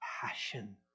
passion